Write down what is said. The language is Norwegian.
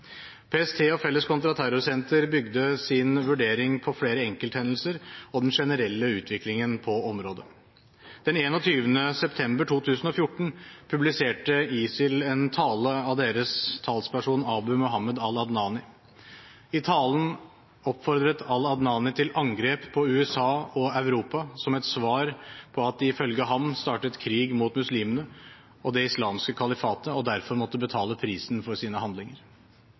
PST og Felles kontraterrorsenter bygde sin vurdering på flere enkelthendelser, og den generelle utviklingen på området. Den 21. september 2014 publiserte ISIL en tale av deres talsperson Abu Muhammad al-Adnani. I talen oppfordret al-Adnani til angrep på USA og Europa som et svar på at de ifølge ham startet krig mot muslimene og det islamske kalifatet og derfor måtte betale prisen for sine handlinger.